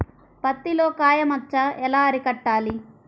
పత్తిలో కాయ మచ్చ ఎలా అరికట్టాలి?